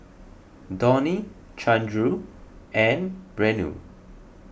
Dhoni Chandra and Renu